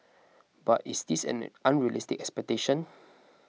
but is this an unrealistic expectation